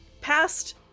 Past